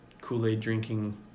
Kool-Aid-drinking